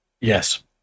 Yes